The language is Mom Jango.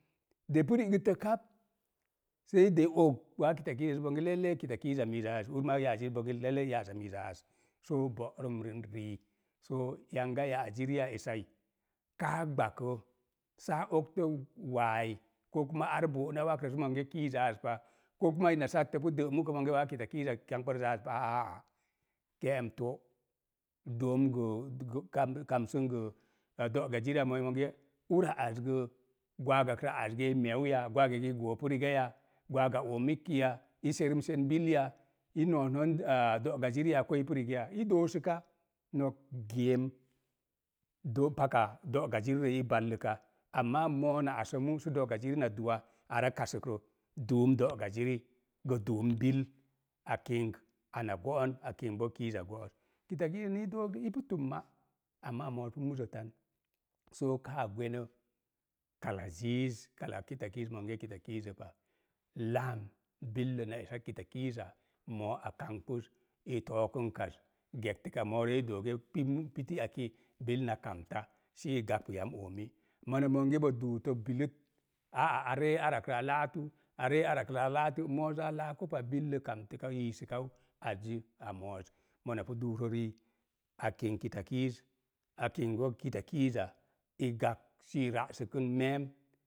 De pu ri'gəttə kap, sei de og waa kitakiizi sə bonge leilei kitakiiza miiz aa az, ur maa ya'azi bonge lailai ya'za miiz aa az. Soo bo'rəmrən rii, so yanga ya'aziri a esai, kaa gbakə saa ogto wa'al koo kuma ar bɔna wakrə sə monge kiizaa az pa, koo kuma ina sattəpu də mukə monge waa kitakiiza kamkpa rəzza az pa, aa á, ke̱'en to', doom gə, kamsən gə do̱'ga mariya mo̱o̱i, monge ura az gə, gwaagagrə az i me̱e̱u ya gwaageki goopu rigaya? Gwaaga oomikkiya? I serumsen bil ya? I no̱o̱sno̱n aah do'gaziriya ko ipu rigaya? I doosəka, nok geem, duum paka do̱'gaziri rə i valləka, amma mo̱o̱ na asə mu’sə do̱'ga ziri na duwa, are kasəkrə. Duum do'ga ziri, gə duum bil, a kink ana go̱'o̱n, a kink boo kiiza go̱'oz. Kitaki ni dook ipu tumma, amma a mo̱o̱z pu muzə tan, soo, kaa gwenə kala ziiz, kala kitakiiz monge kita kiizə pa. Laam billə na esa kitakuuza mo̱o̱ a kamkpuz, i to̱o̱kənkaz, ga̱ktəka mo̱o̱rə i doo ge pim piti eki, bil na kamta sə i gap yam oomi. Mona monge bo duutə billət, aa á a ree arakrə a laatu, a ree arak rə a laatu, mo̱o̱zə a laaku pa, billə kamtəkau, yisə kau, azzi a mo̱o̱z, mona pu duukrə rii, a kink kitakiiz, a kink boo kitakiiza i gakp sə i ra'səkən me̱e̱m